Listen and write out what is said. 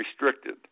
restricted